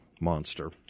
monster